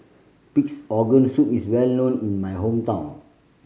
Pig's Organ Soup is well known in my hometown